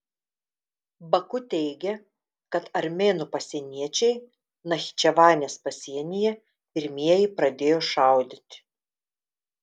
baku teigia kad armėnų pasieniečiai nachičevanės pasienyje pirmieji pradėjo šaudyti